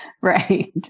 Right